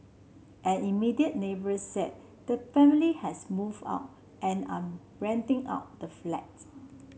an immediate neighbour said the family has moved out and are renting out the flat